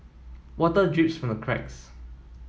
water drips from the cracks